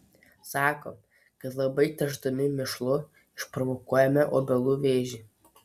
sako kad labai tręšdami mėšlu išprovokuojame obelų vėžį